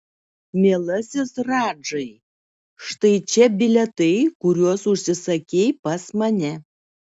mielasis radžai štai čia bilietai kuriuos užsisakei pas mane